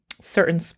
certain